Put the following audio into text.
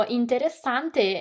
interessante